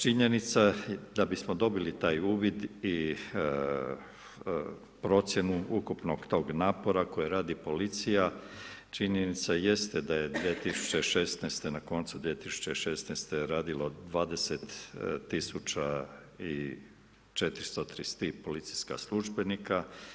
Činjenica da bismo dobili taj uvid i procjenu ukupnog tog napora koji radi policija, činjenica jeste da je 2016. na koncu 2016. radilo 20 000 i 433 policijska službenika.